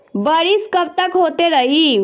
बरिस कबतक होते रही?